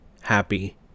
happy